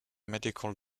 medical